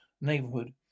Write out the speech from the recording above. neighborhood